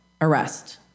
arrest